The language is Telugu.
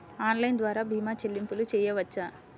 ఆన్లైన్ ద్వార భీమా చెల్లింపులు చేయవచ్చా?